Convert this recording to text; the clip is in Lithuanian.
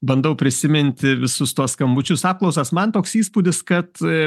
bandau prisiminti visus tuos skambučius apklausas man toks įspūdis kad